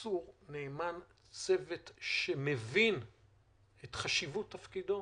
מסור, נאמן, צוות שמבין את חשיבות תפקידו,